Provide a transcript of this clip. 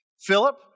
Philip